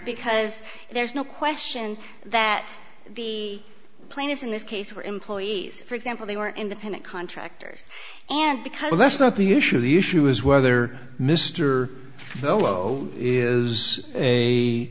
because there's no question that the plaintiffs in this case were employees for example they were independent contractors and because that's not the issue the issue is whether mr fellow is a